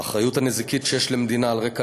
האחריות הנזיקית שיש למדינה על רקע